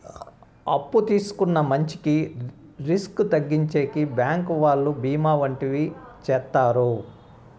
అప్పు తీసుకున్న మంచికి రిస్క్ తగ్గించేకి బ్యాంకు వాళ్ళు బీమా వంటివి చేత్తారు